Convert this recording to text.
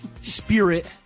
Spirit